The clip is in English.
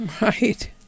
Right